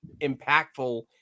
impactful